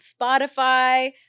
Spotify